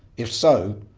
if so,